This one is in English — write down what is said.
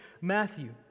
Matthew